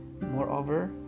Moreover